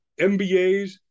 MBAs